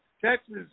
Texas